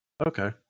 Okay